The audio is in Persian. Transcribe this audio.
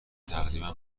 تقریبا